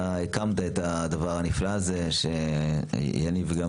אתה הקמת את הדבר הנפלא הזה שיניב גם